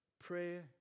Prayer